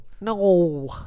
No